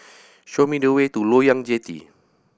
show me the way to Loyang Jetty